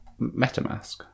Metamask